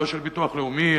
לא של ביטוח לאומי,